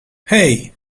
hey